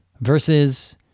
versus